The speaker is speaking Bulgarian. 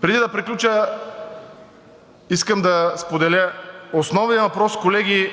Преди да приключа, искам да споделя – основният въпрос, колеги,